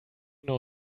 know